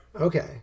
Okay